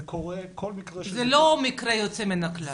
זה קורה כל מקרה --- זה לא מקרה שהוא יוצא מן הכלל.